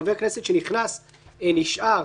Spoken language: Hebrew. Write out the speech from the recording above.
שחבר הכנסת שנכנס נשאר,